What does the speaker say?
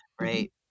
right